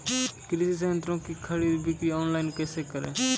कृषि संयंत्रों की खरीद बिक्री ऑनलाइन कैसे करे?